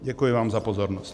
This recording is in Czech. Děkuji vám za pozornost.